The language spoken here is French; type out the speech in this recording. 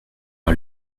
par